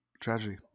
tragedy